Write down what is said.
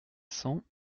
cents